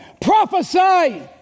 prophesy